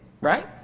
Right